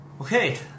Okay